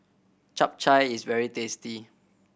Chap Chai is very tasty